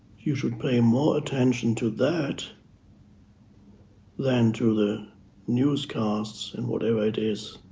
you should pay more attention to that than to the newscasts and whatever it is